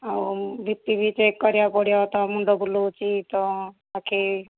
ଆଉ B P ବି check କରିବାକୁ ପଡ଼ିବ ତ ମୁଣ୍ଡ ବୁଲଉଛି ତ ଆଖି